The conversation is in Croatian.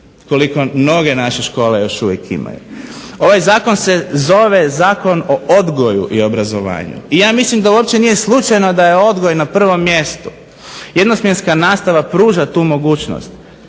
koliko mnoge naše škole još uvijek imaju. Ovaj zakon se zove Zakon o odgoju i obrazovanju i ja mislim da uopće nije slučajno da je odgoj na prvom mjestu. Jednosmjenska nastava pruža tu mogućnost